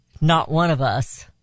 not-one-of-us